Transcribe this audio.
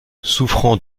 souffrant